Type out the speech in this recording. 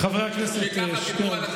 שככה דיברו על הטייסים שלנו?